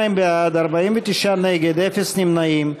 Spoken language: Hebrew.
62 בעד, 49 נגד ואפס נמנעים.